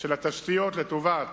של התשתיות לנושא